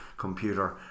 computer